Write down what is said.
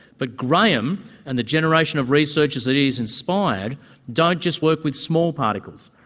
but graeme and the generation of researchers that he's inspired don't just work with small particles,